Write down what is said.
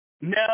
No